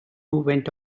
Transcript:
went